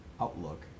Outlook